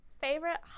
Favorite